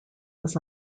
was